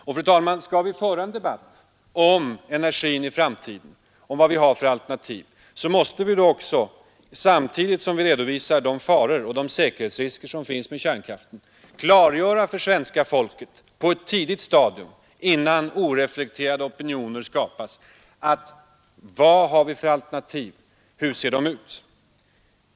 Om vi skall föra en debatt om energin i framtiden och diskutera vad vi har för alternativ där, så måste vi samtidigt som vi redovisar de säkerhetsrisker som är förenade med kärnkraften, på ett tidigt stadium och innan oreflekterade opinioner skapas klargöra för svenska folket vad vi har för alternativ och hur de ser ut.